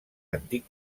antic